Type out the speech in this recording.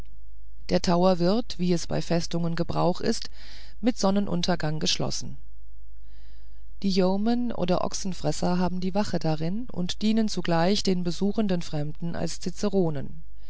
der tower wird wie es bei festungen gebrauch ist mit sonnenuntergange geschlossen die yeomen oder ochsenfresser haben die wache darin und dienen zugleich den besuchenden fremden als